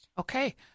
Okay